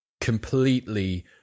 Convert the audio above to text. completely